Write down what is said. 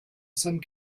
some